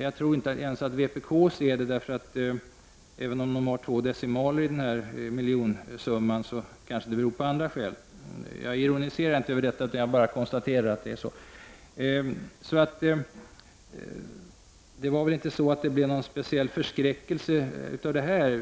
Jag tror inte ens att vpk:s summa är det, även om den har två decimaler. Jag ironiserar inte över detta, utan jag konstaterar bara att det är så. Vi har inte alls varit särskilt förskräckta, Larz Johansson, utan har tagit det mycket lugnt.